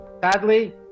Sadly